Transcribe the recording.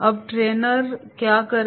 अब ट्रेनर क्या करे